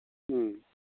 ꯎꯝ